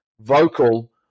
vocal